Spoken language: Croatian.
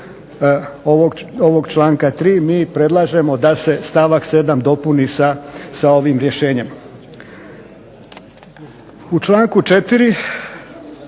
ovog članka 3. mi predlažemo da se stavak 7. dopuni sa ovim rješenjem.